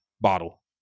bottle